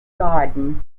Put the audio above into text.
godin